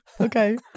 okay